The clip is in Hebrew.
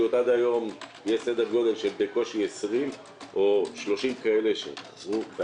עד היום יש סדר גודל של בקושי 20 או 30 כאלה שנוצרו,